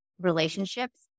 relationships